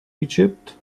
egypt